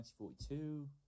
1942